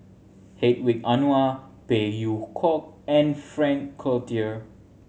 Hedwig Anuar Phey Yew Kok and Frank Cloutier